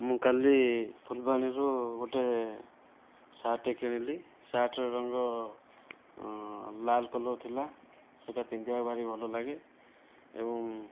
ମୁଁ କାଲି ଫୁଲବାଣୀରୁ ଗୋଟିଏ ସାର୍ଟଟେ କିଣିଲି ସାର୍ଟର ରଙ୍ଗ ଲାଲ କଲର୍ ଥିଲା ସେଇଟା ପିନ୍ଧିବାକୁ ଭାରି ଭଲ ଲାଗେ ଏବଂ